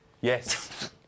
Yes